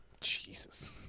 Jesus